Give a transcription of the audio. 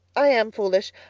i am foolish.